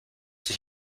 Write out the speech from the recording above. sich